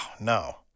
no